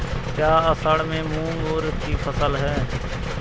क्या असड़ में मूंग उर्द कि फसल है?